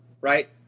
right